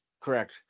Correct